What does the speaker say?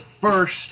first